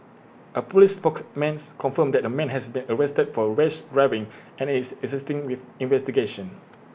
A Police spokesman confirmed that A man has been arrested for rash driving and is assisting with investigations